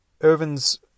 Irvin's